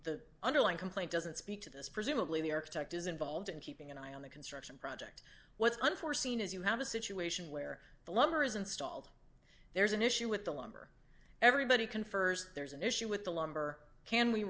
the underling complain doesn't speak to this presumably the architect is involved in keeping an eye on the construction project what's unforeseen is you have a situation where the lumber is installed there's an issue with the lumber everybody confers there's an issue with the lumber can we